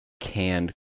canned